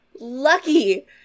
lucky